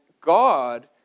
God